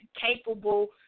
capable